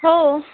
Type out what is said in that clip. हो